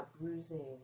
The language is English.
bruising